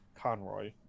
Conroy